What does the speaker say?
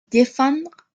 défendre